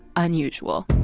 unusual